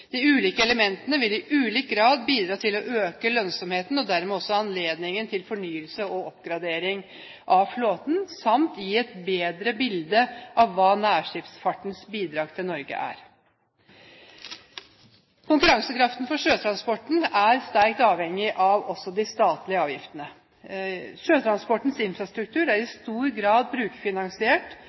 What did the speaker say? De ulike elementene vil i ulik grad bidra til å øke lønnsomheten og dermed også gi bedre anledning til fornyelse og oppgradering av flåten samt gi et bedre bilde av hva nærskipsfartens bidrag til Norge er. Konkurransekraften for sjøtransporten er sterkt avhengig av de statlige avgiftene. Sjøtransportens infrastruktur er i stor grad